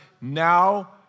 now